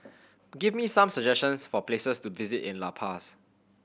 give me some suggestions for places to visit in La Paz